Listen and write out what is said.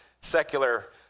secular